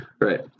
Right